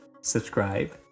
subscribe